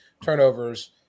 turnovers